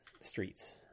streets